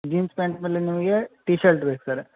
jeans pant ಮೇಲೆ ನಿಮಗೆ T shirt ಬೇಕು ಸರ್